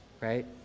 Right